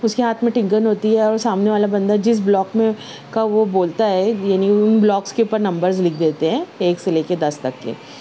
اس کے ہاتھ میں ٹگن ہوتی ہے اور وہ سامنے والا بندہ جس بلاک میں کا وہ بولتا ہے یعنی ان بلاکس کے اوپر نمبرز لکھ دیتے ہیں ایک سے لے کے دس تک